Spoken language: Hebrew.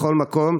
בכל מקום,